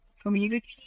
community